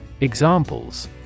Examples